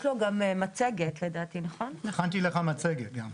כשהאירוע התחיל, התחילו לספר שרק עגורים מתו.